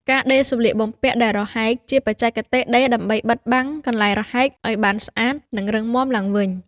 ការដេរសំលៀកបំពាក់ដែលរហែកជា បច្ចេកទេសដេរដើម្បីបិទបាំងកន្លែងរហែកឱ្យបានស្អាត និងរឹងមាំឡើងវិញ។